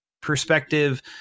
perspective